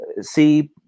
see